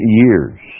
years